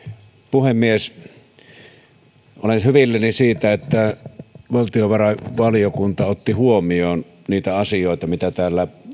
puhemies olen hyvilläni siitä että valtiovarainvaliokunta otti huomioon niitä asioita mitä täällä